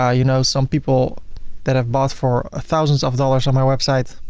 ah you know, some people that have bought for thousands of dollars on my website,